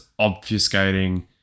obfuscating